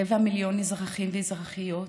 רבע מיליון אזרחים ואזרחיות